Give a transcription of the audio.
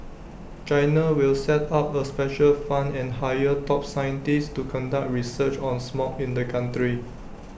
China will set up A special fund and hire top scientists to conduct research on smog in the country